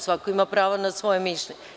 Svako ima pravo na svoje mišljenje.